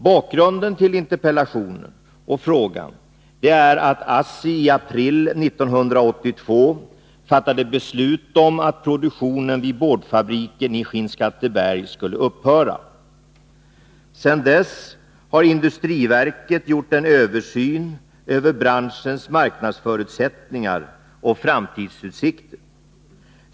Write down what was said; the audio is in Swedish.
Bakgrunden till interpellationen och frågan är att ASSI i april 1982 fattade beslut om att produktionen vid boardfabriken i Skinnskatteberg skall upphöra. Sedan dess har industriverket gjort en översyn över branschens marknadsförutsättningar och framtidsutsikter.